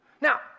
Now